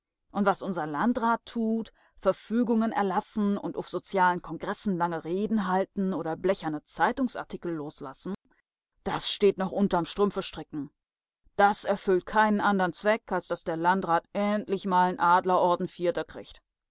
und was unser landrat tut verfügungen erlassen und uff sozialen kongressen lange reden halten oder blecherne zeitungsartikel loslassen das steht noch unterm strümpfestricken das erfüllt keinen andern zweck als daß der landrat endlich mal n adlerorden vierter kriegt